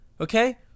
okay